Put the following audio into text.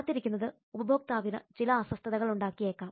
കാത്തിരിക്കുന്നത് ഉപഭോക്താവിന് ചില അസ്വസ്ഥതകൾ ഉണ്ടാക്കിയേക്കാം